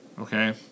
Okay